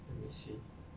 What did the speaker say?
let me see